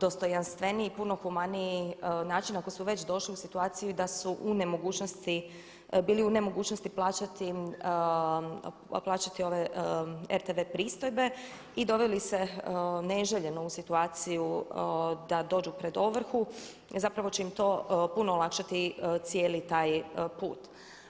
dostojanstveniji i puno humaniji način ako su već došli u situaciju da su u nemogućnosti, bili u nemogućnosti plaćati ove rtv pristojbe i doveli se neželjeno u situaciju da dođu pred ovrhu i zapravo će im to puno olakšati cijeli taj put.